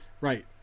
Right